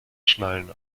schnallen